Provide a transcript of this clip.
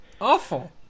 Awful